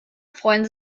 freuen